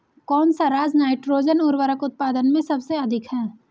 कौन सा राज नाइट्रोजन उर्वरक उत्पादन में सबसे अधिक है?